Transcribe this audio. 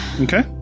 Okay